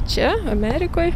čia amerikoj